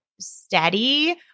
steady